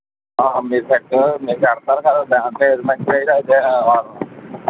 ఆ మీరు కట్టు మీరు కడతారు కదా దాంట్లో ఏది మంచిది అయితే అదే వాడండి